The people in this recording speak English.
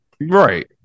Right